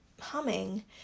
humming